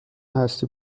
هستی